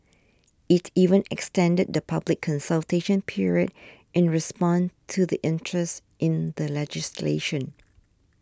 it even extended the public consultation period in response to the interest in the legislation